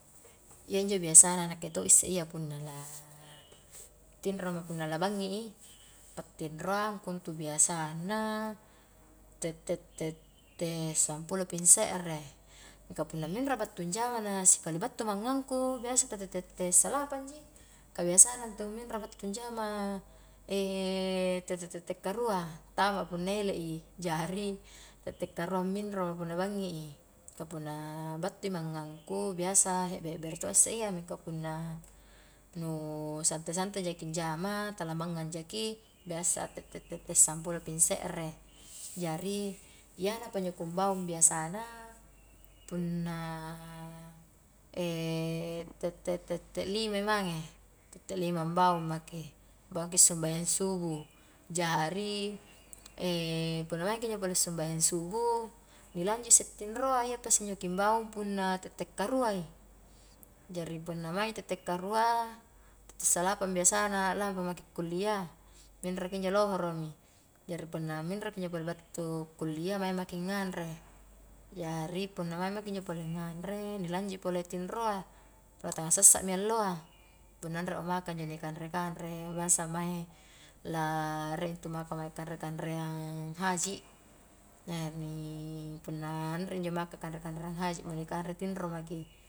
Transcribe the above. Iya injo biasana nakke to isse iya punna la tinroma punna ma la banggi i, pattinroangku intu biasanna, tette-tette sampulo pi anse're mingka punna minroa battu anjama na sikali battu mangngang ku biasa tette-tette salapangji, kabiasana intu minro battu anjama tette-tette kara antama punna ele i, jari tette karua minroma punna bangngi i, mingka punna battu mangngang ku biasa hebere-hebere to a isse iya, mingka punna nu santai-santai jaki anjama tala mangngang jaki biasa tette-tettte sampulo pi se're, jari iyana pa injo kumbaung biasana, punna tette-tette lima i mange, tette lima baung maki, baung sumbajang subuh, jari punna maingki injo pole sumbajang subuh ni lanjut isse tinroa iya pa isse ki ambaung punna tette karua i, jari punna maing tette karua tette salapang biasana lampa maki kuliah, minroki injo lohoromi, jari punna minroki injo pole battu kuliah maing maki nganre, jari punna maing maki injo pole ngangre, ni lanjut i pole tinroa, punna tangasassami alloa, punna anremo maka ni kanre-kanre, bangsa mae la rie intu maka mae kanre-kanreang haji, punna anre injo maka kanre-kanrengan haji, nu ni kanre tinro maki.